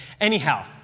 anyhow